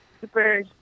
super